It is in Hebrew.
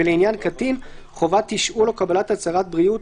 ולעניין קטין חובת תשאול או קבלת הצהרת בריאות,